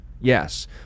Yes